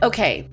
Okay